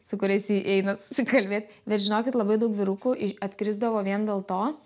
su kuriais eina susikalbėt bet žinokit labai daug vyrukų iš atkrisdavo vien dėl to